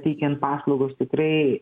teikiant paslaugas tikrai